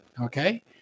okay